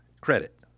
credit